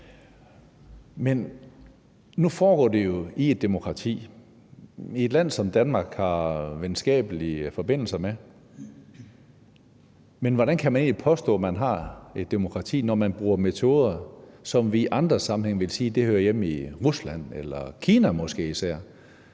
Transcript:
Men nu foregår det jo i et demokrati og i et land, som Danmark har venskabelige forbindelser med, men hvordan kan man egentlig påstå, at man har et demokrati, når man bruger metoder, som vi i andre sammenhænge ville sige hører hjemme i Rusland eller Kina måske især?